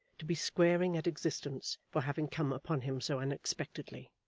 to be squaring at existence for having come upon him so unexpectedly.